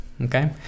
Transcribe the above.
okay